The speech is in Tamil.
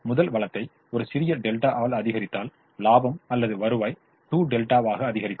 முதல் வளத்தை ஒரு சிறிய δ ஆல் அதிகரித்தால் லாபம் அல்லது வருவாய் 2δ ஆக அதிகரிக்கும்